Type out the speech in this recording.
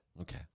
Okay